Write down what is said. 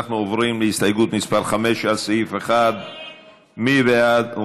אנחנו עוברים להסתייגות מס' 5, לסעיף 1. מי בעד?